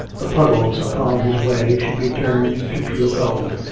the puddles upon his way should be turned to pure gold,